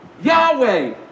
Yahweh